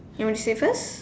you want to say first